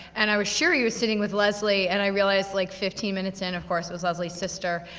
and i was sure he was sitting with leslie. and i realized like fifteen minutes in, of course, it was leslie's sister.